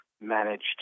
managed